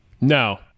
No